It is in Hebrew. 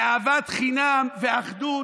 ואהבת חינם ואחדות